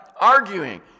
arguing